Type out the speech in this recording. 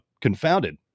confounded